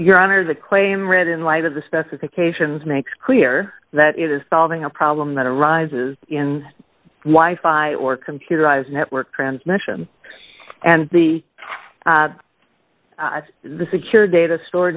your honor the claim read in light of the specifications makes clear that it is solving a problem that arises in why fire or computerized network transmission and the the secure data stored